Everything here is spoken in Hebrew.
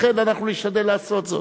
ואכן אנחנו נשתדל לעשות זאת.